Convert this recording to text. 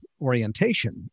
orientation